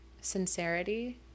sincerity